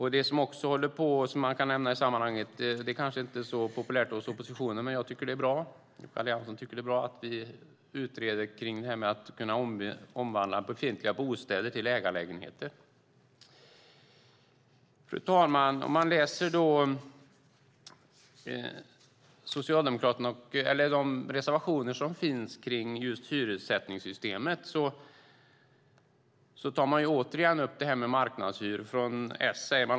Något som också kan nämnas - det kanske inte är så populärt hos oppositionen, men Alliansen tycker att det är bra - är att vi ska utreda att man ska kunna omvandla befintliga bostäder till ägarlägenheter. Fru talman! Om man läser de reservationer som finns kring hyressättningssystemet ser man att detta med marknadshyror tas upp.